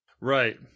Right